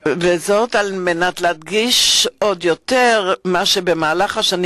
על מנת להדגיש עוד יותר את מה שבמהלך השנים